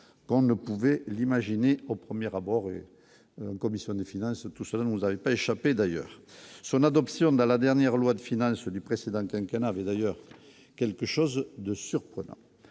qu'on ne pouvait l'imaginer au premières bord en commission des finances, tout ça ne nous avait pas échappé d'ailleurs son adoption dans la dernière loi de finale celui précédent un canard d'ailleurs quelque chose de surprenant